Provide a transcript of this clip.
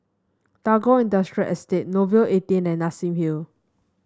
Tagore Industrial Estate Nouvel Eighteen and Nassim Hill